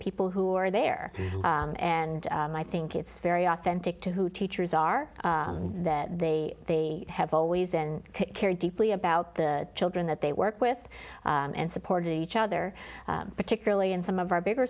people who are there and i think it's very authentic to who teachers are that they they have always and cared deeply about the children that they work with and supporting each other particularly in some of our bigger